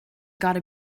gotta